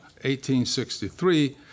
1863